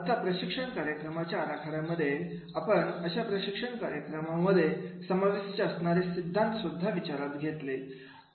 आता आता प्रशिक्षण कार्यक्रमाच्या आराखड्यामध्ये आपण अशा प्रशिक्षण कार्यक्रमामध्ये समाविष्ट असणारे सिद्धांत सुद्धा विचारात घेतले